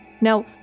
Now